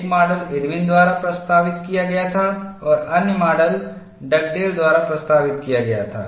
एक model Irwin द्वारा प्रस्तावित किया गया था और अन्य माडल डगडेल द्वारा प्रस्तावित किया गया था